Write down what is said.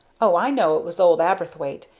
o i know it was old aberthwaite,